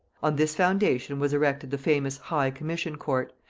on this foundation was erected the famous high commission court,